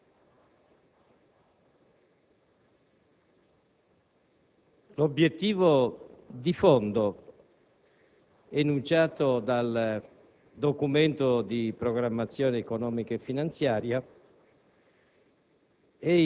l'obiettivo di fondo enunciato dal Documento di programmazione economico-finanziaria